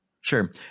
Sure